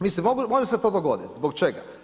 Mislim može se to dogodit, zbog čega?